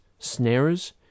snarers